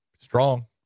Strong